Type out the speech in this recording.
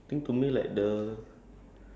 ya something happened ya